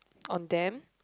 on them